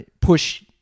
push